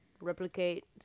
Replicate